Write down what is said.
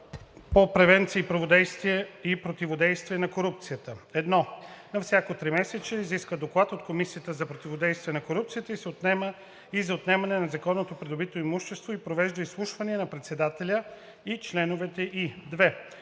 по превенция и противодействие на корупцията: 1. на всяко тримесечие изисква доклад от Комисията за противодействие на корупцията и за отнемане на незаконно придобитото имущество и провежда изслушвания на председателя и членовете ѝ;